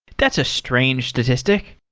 that's a strange statistic.